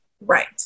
Right